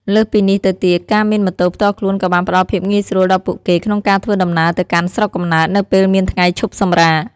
លើសពីនេះទៅទៀត ការមានម៉ូតូផ្ទាល់ខ្លួនក៏បានផ្តល់ភាពងាយស្រួលដល់ពួកគេក្នុងការធ្វើដំណើរទៅកាន់ស្រុកកំណើតនៅពេលមានថ្ងៃឈប់សម្រាក។